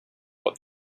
what